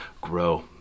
grow